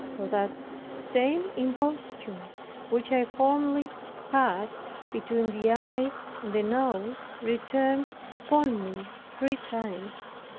for that same imposthume which i formerly had between the eye and the nose, returned upon me three times.